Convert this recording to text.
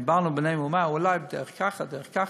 דיברנו בינינו והוא אמר: אולי דרך ככה ודרך ככה,